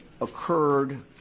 occurred